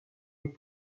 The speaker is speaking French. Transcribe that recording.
les